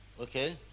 Okay